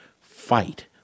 fight